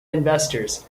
investors